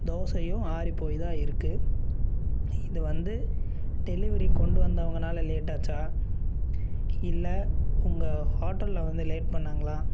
தோசையும் ஆறிப் போய் தான் இருக்கு இது வந்து டெலிவரி கொண்டு வந்தவங்கனால லேட் ஆச்சா இல்லை உங்கள் ஹோட்டலில் வந்து லேட் பண்ணாங்களா